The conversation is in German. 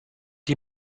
die